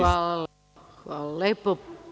Hvala lepo.